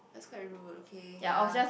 that's quite rude okay yea